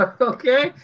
okay